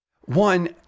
one